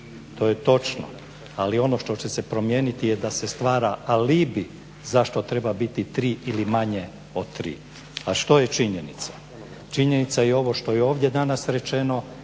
To je točno. Ali ono što će se promijeniti da se stvara alibi zašto treba biti tri ili manje od tri. A što je činjenica? Činjenica je ovo što je ovdje danas rečeno,